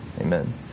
Amen